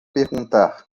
perguntar